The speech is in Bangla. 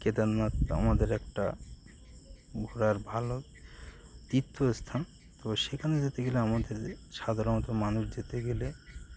কেদারনাথ আমাদের একটা ঘোরার ভালো তীর্থস্থান তো সেখানে যেতে গেলে আমাদের সাধারণত মানুষ যেতে গেলে